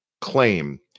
claim